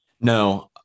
No